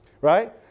Right